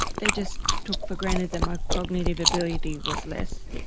they just took for granted that my cognitive ability was less.